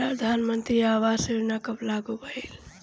प्रधानमंत्री आवास योजना कब लागू भइल?